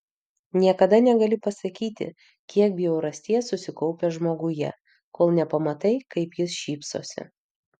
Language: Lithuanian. niekada negali pasakyti kiek bjaurasties susikaupę žmoguje kol nepamatai kaip jis šypsosi